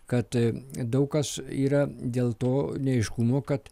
kad daug kas yra dėl to neaiškumo kad